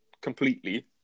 completely